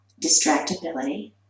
distractibility